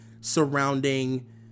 surrounding